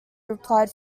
replied